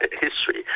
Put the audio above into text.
history